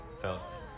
felt